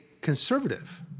conservative